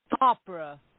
opera